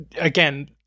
again